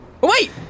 Wait